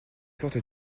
sorte